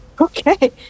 Okay